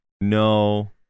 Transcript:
no